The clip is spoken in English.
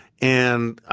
and